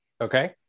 Okay